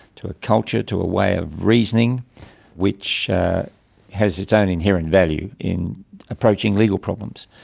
to a culture, to a way of reasoning which has its own inherent value in approaching legal problems.